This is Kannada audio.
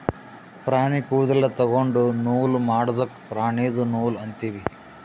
ಪ್ರಾಣಿ ಕೂದಲ ತೊಗೊಂಡು ನೂಲ್ ಮಾಡದ್ಕ್ ಪ್ರಾಣಿದು ನೂಲ್ ಅಂತೀವಿ